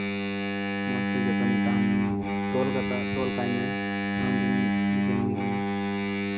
ᱢᱚᱡᱽ ᱛᱮ ᱡᱚᱛᱚᱱᱮᱛᱟᱢ ᱛᱚᱞ ᱠᱟᱛᱟᱭ ᱛᱚᱞ ᱠᱟᱭᱢᱮ ᱟᱢᱨᱮᱱ ᱡᱤᱭᱟᱹᱞᱤ ᱠᱟᱱᱟᱭ